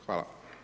Hvala.